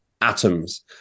atoms